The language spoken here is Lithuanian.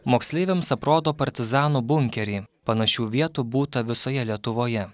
moksleiviams aprodo partizanų bunkerį panašių vietų būta visoje lietuvoje